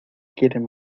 quieren